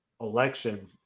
election